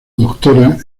doctora